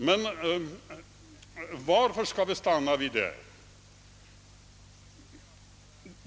Men varför skall vi stanna vid detta?